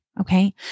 Okay